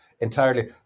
entirely